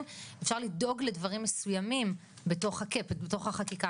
אפשר לדאוג לדברים מסוימים בתוך הקאפ ובתוך החקיקה